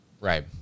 right